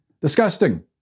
disgusting